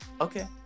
Okay